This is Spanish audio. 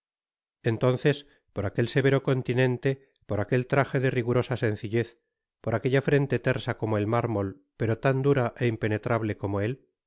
entonces por aquel severo continente por aquel traje de rigurosa sencillez por aquella frente tersa como el mármol pero tan dura é impenetrable como él